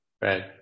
right